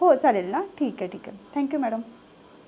हो चालेल ना ठीक आहे ठीक आहे थँक यू मॅडम